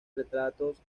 retratos